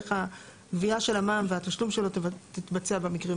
איך הגבייה של המע"מ והתשלום שלו תתבצע במקרים